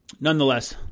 nonetheless